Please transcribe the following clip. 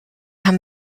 haben